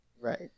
right